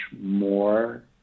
more